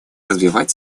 развивать